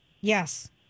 Yes